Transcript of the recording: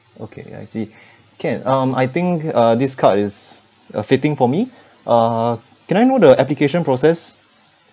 okay I see can um I think uh this card is uh fitting for me uh can I know the application process